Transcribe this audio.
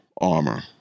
armor